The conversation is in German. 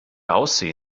aussehen